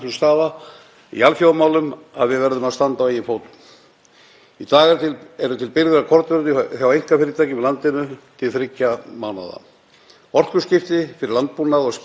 Orkuskipti fyrir landbúnað og skip eru lykilþættir í öryggi þjóðarinnar. Virðulegur forseti. Það kostar að vera sjálfstæð þjóð í stóru harðbýlu landi þar sem afkoma bænda